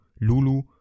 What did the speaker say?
Lulu